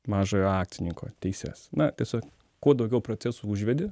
mažojo akcininko teises na tiesiog kuo daugiau procesų užvedi